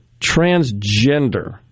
transgender